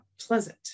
pleasant